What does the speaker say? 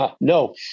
No